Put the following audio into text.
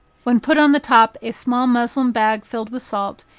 when put on the top a small muslin bag filled with salt,